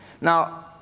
Now